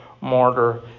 martyr